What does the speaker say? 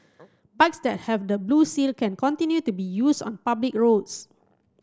bikes that have the blue seal can continue to be used on public roads